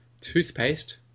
toothpaste